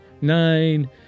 Nine